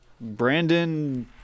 Brandon